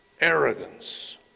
arrogance